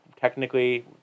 technically